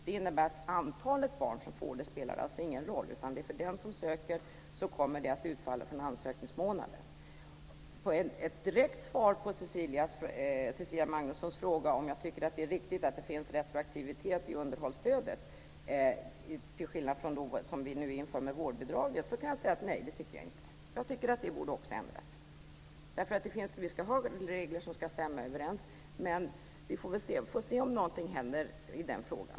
Det innebär att antalet barn som får det inte spelar någon roll, men för den som söker kommer bidraget att utfalla från ansökningsmånaden. Som ett direkt svar på Cecilia Magnussons fråga huruvida jag tycker att det är riktigt att det finns retroaktivitet i underhållsstödet, till skillnad från det vi nu inför med vårdbidraget, kan jag säga: Nej, det tycker jag inte. Jag tycker att det också borde ändras. Vi ska ha regler som stämmer överens. Men vi får väl se om någonting händer i den frågan.